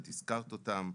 את הזכרת אותן,